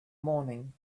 morning